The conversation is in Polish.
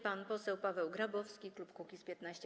Pan poseł Paweł Grabowski, klub Kukiz’15.